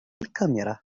الكاميرا